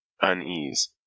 unease